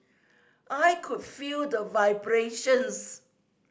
I could feel the vibrations